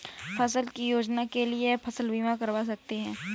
फसल की सुरक्षा के लिए आप फसल बीमा करवा सकते है